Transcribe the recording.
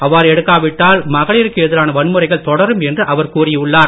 அவ்வாறு எடுக்காவிட்டால் மகளிருக்கு எதிரான வன்முறைகள் தொடரும் என்று அவர் கூறி உள்ளார்